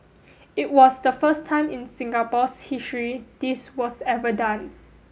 it was the first time in Singapore's history this was ever done